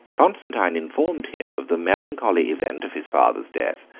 constantine informed him of the melancholy event of his father's death,